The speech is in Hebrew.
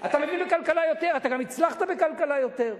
אתה מבין בכלכלה יותר, אתה גם הצלחת בכלכלה יותר.